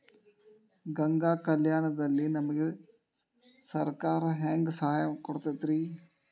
ಗಂಗಾ ಕಲ್ಯಾಣ ದಲ್ಲಿ ನಮಗೆ ಸರಕಾರ ಹೆಂಗ್ ಸಹಾಯ ಕೊಡುತೈತ್ರಿ?